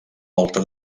volta